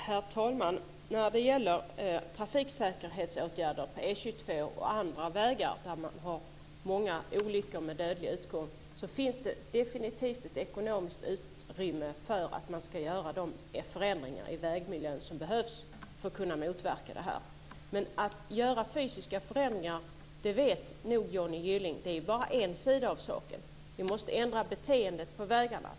Herr talman! När det gäller trafiksäkerhetsåtgärder på E 22 och andra vägar där det sker många olyckor med dödlig utgång finns det definitivt ett ekonomiskt utrymme för att man ska göra de förändringar i vägmiljön som behövs för att kunna motverka det här. Men att göra fysiska förändringar är, som Johnny Gylling nog vet, bara en sida av saken. Vi måste ändra beteendet på vägarna.